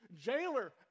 jailer